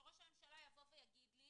שראש הממשלה יגיד לי